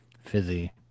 Fizzy